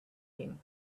him